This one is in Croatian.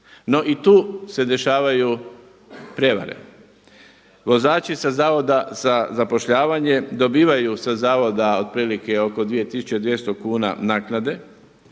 No i tu se dešavaju prijevare. Vozači sa Zavoda za zapošljavanje dobivaju sa zavoda otprilike oko 2200 kuna naknade.